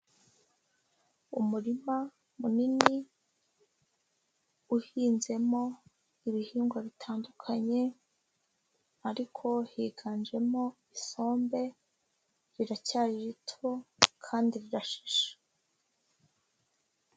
Umurima munini uhinzemo ibihingwa bitandukanye, ariko higanjemo isombe riracyari rito kandi rirashishe.